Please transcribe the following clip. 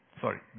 Sorry